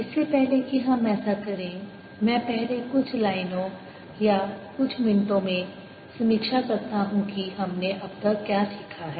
इससे पहले कि हम ऐसा करें मैं पहले कुछ लाइनों में या कुछ मिनटों में समीक्षा करता हूं कि हमने अब तक क्या सीखा है